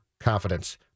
confidence